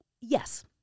yes